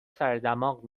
سردماغ